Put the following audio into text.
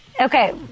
okay